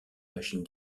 machine